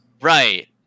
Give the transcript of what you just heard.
Right